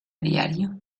diària